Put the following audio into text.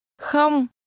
Không